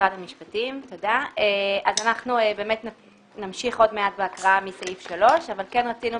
אנחנו נמשיך עוד מעט בהקראה מסעיף 3. אבל רצינו,